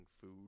food